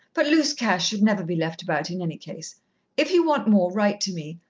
but loose cash should never be left about in any case if you want more, write to me.